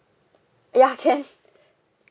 ya can